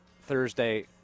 Thursday